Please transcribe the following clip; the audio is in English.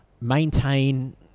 maintain